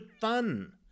fun